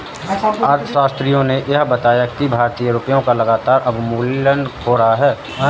अर्थशास्त्रियों ने यह बताया कि भारतीय रुपयों का लगातार अवमूल्यन हो रहा है